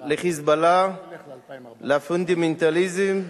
ל"חיזבאללה", לפונדמנטליזם,